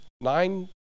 Nine